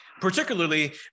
particularly